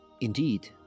indeed